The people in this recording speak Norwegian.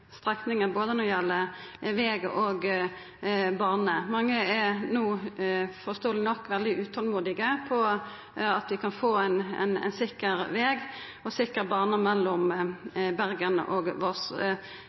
både når det gjeld veg og bane. Mange er no, forståeleg nok, veldig utolmodige etter å få ein sikker veg og sikker bane mellom